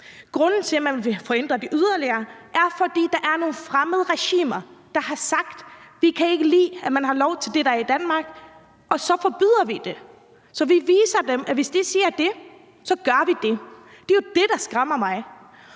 Grunden til, at man vil forhindre det yderligere, er, at der er nogle fremmede regimer, der har sagt: Vi kan ikke lide, at man har lov til det der i Danmark. Og så forbyder vi det. Vi viser dem, at hvis de siger det, så gør vi det. Det er jo det, der skræmmer mig.